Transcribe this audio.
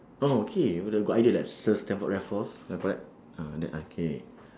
oh okay got the got idea like sir stamford raffles ya correct ah like that ah K